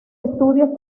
estudios